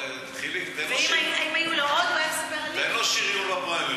ואם היו לו עוד, ואין לו שריון בפריימריז.